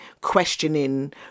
questioning